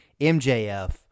MJF